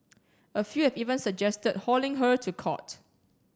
a few have even suggested hauling her to court